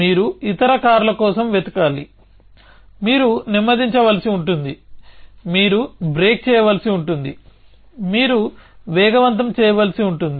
మీరు ఇతర కార్ల కోసం వెతకాలి మీరు నెమ్మదించవలసి ఉంటుంది మీరు బ్రేక్ చేయవలసి ఉంటుంది మీరు వేగవంతం చేయవలసి ఉంటుంది